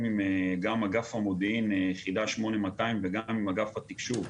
עם גם אגף המודיעין יחידה 8200 וגם עם אגף התקשוב,